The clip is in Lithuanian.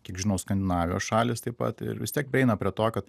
kiek žinau skandinavijos šalys taip pat ir vis tiek eina prie to kad